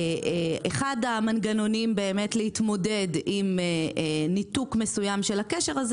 אחד המנגנונים להתמודד עם ניתוק מסוים של הקשר הזה,